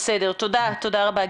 בסדר, תודה רבה,